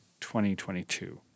2022